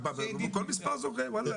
איך שהיא הולכת היום זה בועה.